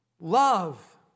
Love